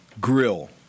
grill